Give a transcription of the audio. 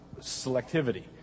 selectivity